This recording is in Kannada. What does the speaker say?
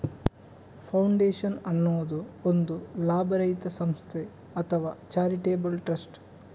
ಫೌಂಡೇಶನ್ ಅನ್ನುದು ಒಂದು ಲಾಭರಹಿತ ಸಂಸ್ಥೆ ಅಥವಾ ಚಾರಿಟೇಬಲ್ ಟ್ರಸ್ಟ್